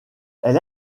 elle